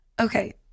okay